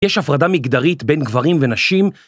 יש הפרדה מגדרית בין גברים ונשים.